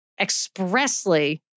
expressly